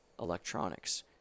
electronics